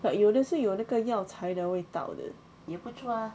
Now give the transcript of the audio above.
but 有的是有那个药材的味道的